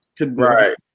Right